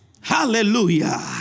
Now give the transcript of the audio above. Hallelujah